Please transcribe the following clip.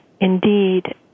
indeed